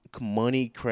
money